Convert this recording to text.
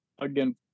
again